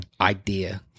idea